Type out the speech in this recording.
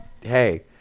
hey